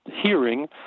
hearing